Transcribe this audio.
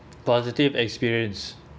positive experience